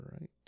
right